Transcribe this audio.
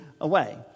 away